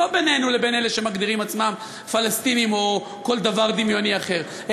לא בינינו לבין אלה שמגדירים עצמם פלסטינים או כל דבר דמיוני אחר,